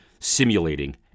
simulating